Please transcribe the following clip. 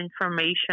information